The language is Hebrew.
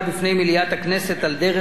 על דרך של הצעת החלטה,